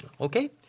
Okay